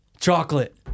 Chocolate